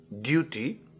duty